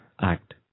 act